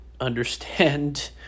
understand